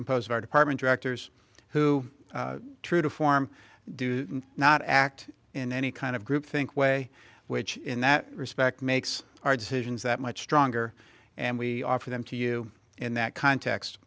our department directors who true to form do not act in any kind of groupthink way which in that respect makes our decisions that much stronger and we offer them to you in that context